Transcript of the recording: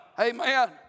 Amen